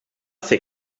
ser